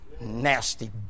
nasty